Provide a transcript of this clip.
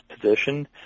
position